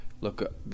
look